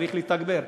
צריך לתגבר.